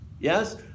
Yes